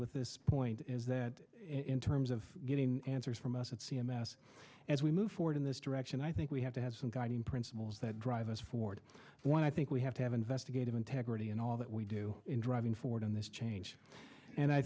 with this point is that in terms of getting answers from us at c m s as we move forward in this direction i think we have to have some guiding principles that drive us forward when i think we have to have investigative integrity and all that we do in driving forward in this change and i